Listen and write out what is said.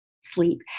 sleep